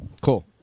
Cool